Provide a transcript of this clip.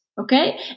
okay